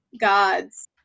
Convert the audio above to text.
gods